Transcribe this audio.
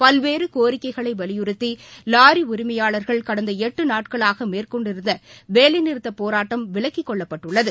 பல்வேற்கோரிக்கைகளைவலியுறுத்திலாரிஉரிமையாளர்கள் கடந்தளட்டுநாட்களாகமேற்கொண்டிருந்தவேலைநிறுத்தப் போராட்டம் விலக்கிக் கொள்ளப்பட்டுள்ளது